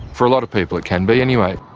for a lot of people it can be anyway.